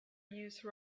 use